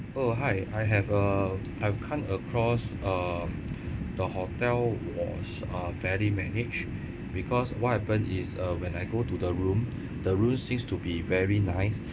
oh hi I have uh I've come across um the hotel was uh very managed because what happen is uh when I go to the room the room seems to be very nice